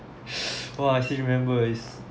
!wah! I still remember is